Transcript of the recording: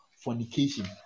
fornication